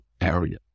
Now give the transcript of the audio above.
area